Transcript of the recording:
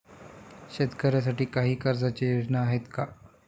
शेतकऱ्यांसाठी काही कर्जाच्या योजना आहेत का?